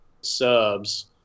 subs